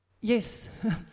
yes